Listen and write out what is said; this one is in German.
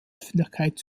öffentlichkeit